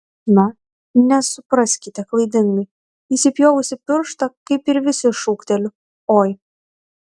na nesupraskite klaidingai įsipjovusi pirštą kaip ir visi šūkteliu oi